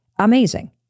Amazing